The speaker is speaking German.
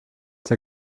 der